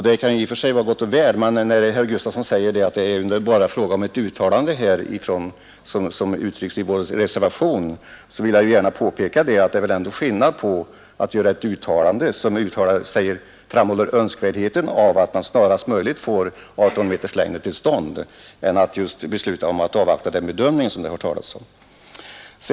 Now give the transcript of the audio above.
Det kan ju vara gott och väl, men när herr Gustafson säger att det bara är fråga om ett uttalande i vår reservation nr 5 vill jag gärna påpeka, att det ändå är skillnad mellan att göra ett uttalande om önskvärdheten av att man snarast möjligt får en gräns vid 18 meters längd och att besluta om att avvakta den bedömning som det har talats om.